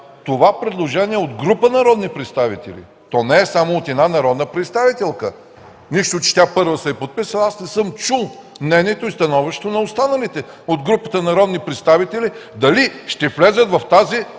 това предложение е от група народни представители, то не е само от една народна представителка – нищо, че тя първа се е подписала. Аз не съм чул мнението и становището на останалите от групата народни представители – дали ще влязат в тази